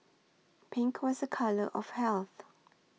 pink was a colour of health